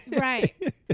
Right